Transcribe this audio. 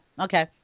Okay